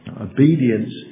Obedience